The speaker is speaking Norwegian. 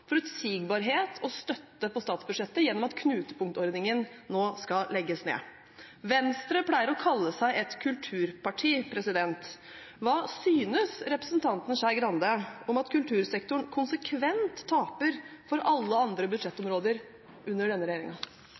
forutsigbarhet og støtte på statsbudsjettet gjennom at knutepunktordningen nå skal legges ned. Venstre pleier å kalle seg et kulturparti. Hva synes representanten Skei Grande om at kultursektoren konsekvent taper for alle andre budsjettområder under denne